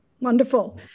Wonderful